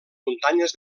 muntanyes